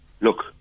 look